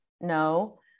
No